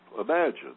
imagine